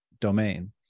domain